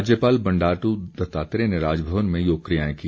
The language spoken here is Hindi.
राज्यपाल बंडारू दत्तात्रेय ने राजभवन में योग क्रियाएं की